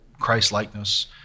Christ-likeness